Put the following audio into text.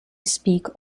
speak